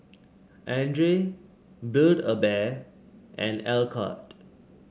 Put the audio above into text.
Andre Build A Bear and Alcott